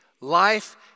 life